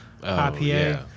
IPA